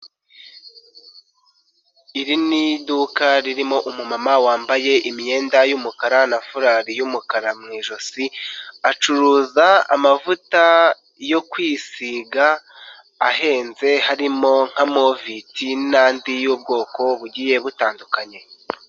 Iri ni iduka ririmo umumama wambaye imyenda y'umukara na furari y'umukara mu ijosi acuruza amavuta yo kwisiga ahenze harimo nka moviti n'andi y'ubwoko bugiye butandukanye.